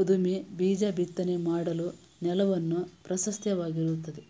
ಅದುಮಿ ಬೀಜ ಬಿತ್ತನೆ ಮಾಡಲು ನೆಲವನ್ನು ಪ್ರಶಸ್ತವಾಗಿರುತ್ತದೆ